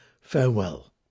Farewell